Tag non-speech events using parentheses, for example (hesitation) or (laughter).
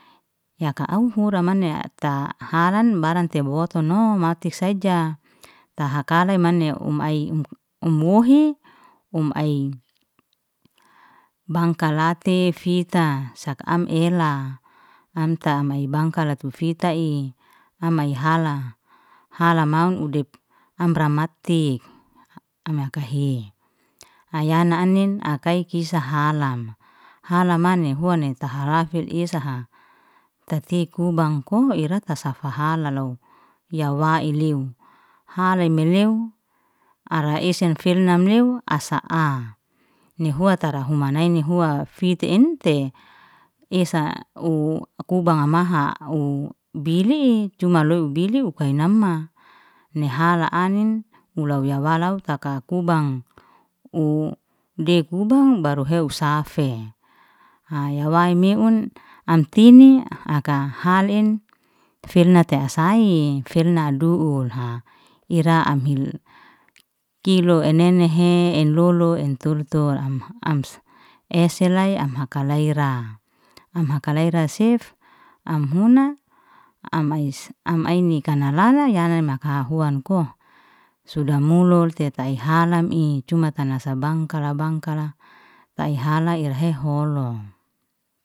Yaka au hura manya ta halan baran te botu nohu mati saja, ta hakalay manya um ai (hesitation) um muhi um ai bangkalate fita sak am ela, amta am ai bangkala tu fita ei, am ai hala, hala mau ude amra mati am yakahe. Aynan anin ai kai kisa alam, hala mane huan neta hala falatfil esaha, tati kubang kum ira tafa ta hala lou, ya wa'i lew. Halaay maleo ara esen fil nam neu asa am, nehu tara humanaini hua fiti entei, esa u kubang amaha u bilyi i cuma bilyu kainama ne hala anin, hula ya walau taka kubang, u de kubang baru heu safeai yawai meun am tini, aka halin filnate asai, filna du'ulha, (hesitation) ira am hili kilo enenehe, enlolo, entur tur am (hesitation) eselay am hakalay ra. Am haklaay ra sef, am huna am aini kana lala yana maka huan koh, suda mulul te hai halam i cuma tanasa bangkala, bangkala taai hala irahe holu.